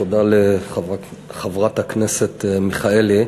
תודה לחברת הכנסת מיכאלי.